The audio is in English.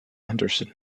henderson